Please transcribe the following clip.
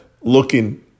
looking